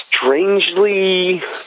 strangely